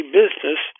business